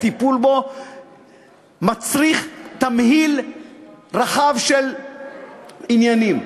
הטיפול בו מצריך תמהיל רחב של עניינים.